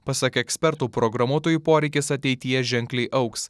pasak ekspertų programuotojų poreikis ateityje ženkliai augs